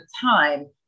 time